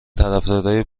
طرفدارای